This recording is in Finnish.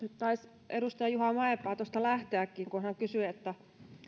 nyt taisi edustaja juha mäenpää tuosta lähteäkin hän kysyi että